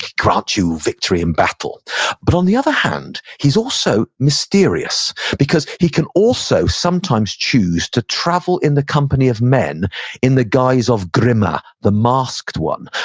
grant you victory in battle but on the other hand, he's also mysterious because he can also sometimes choose to travel in the company of men in the guise of grimnir, the masked one.